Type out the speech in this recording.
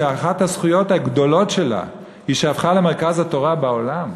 שאחת הזכויות הגדולות שלה היא שהפכה למרכז התורה בעולם,